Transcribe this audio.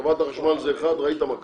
חברת החשמל זה אחד, ראית מה קרה.